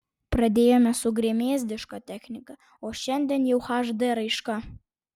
pradėjome su gremėzdiška technika o šiandien jau hd raiška